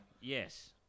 Yes